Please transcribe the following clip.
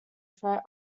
threat